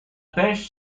pêche